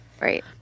right